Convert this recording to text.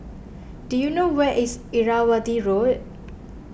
do you know where is Irrawaddy Road